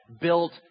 Built